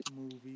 movie